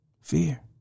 Fear